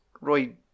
Roy